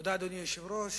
אדוני היושב-ראש,